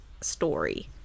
story